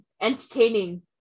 entertaining